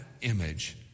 image